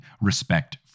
respect